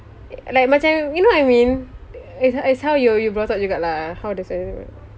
like macam you know what I mean it's it's how you are brought up juga lah how does everyone